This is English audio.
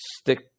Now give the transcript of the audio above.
stick